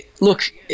Look